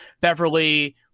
Beverly